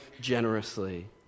generously